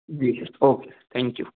ji okay thank you